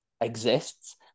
exists